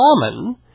common